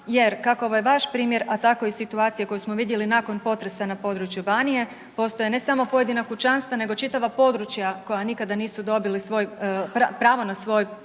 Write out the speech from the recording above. jer kako ovaj vaš primjer, a tako i situacija koju smo vidjeli nakon potresa na području Banije postoje ne samo pojedina kućanstva nego čitava područja koja nikada nisu dobili svoj pravno na svoj priključak